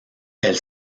elle